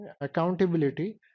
Accountability